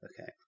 okay